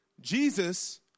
Jesus